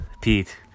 Pete